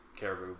caribou